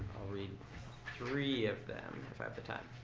i'll read three of them if i have the time.